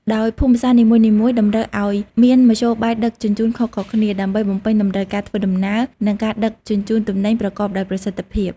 ដោយភូមិសាស្ត្រនីមួយៗតម្រូវឱ្យមានមធ្យោបាយដឹកជញ្ជូនខុសៗគ្នា ដើម្បីបំពេញតម្រូវការធ្វើដំណើរ និងការដឹកជញ្ជូនទំនិញប្រកបដោយប្រសិទ្ធភាព។